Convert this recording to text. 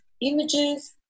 images